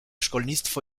szkolnictwo